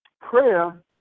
prayer